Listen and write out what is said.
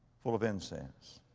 full of incense.